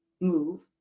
move